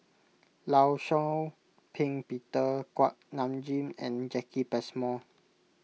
Law Shau Ping Peter Kuak Nam Jin and Jacki Passmore